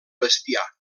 bestiar